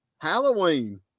halloween